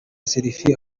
selfie